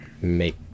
make